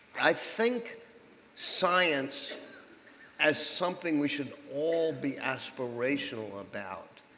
i think science as something we should all be aspirational about